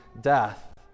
death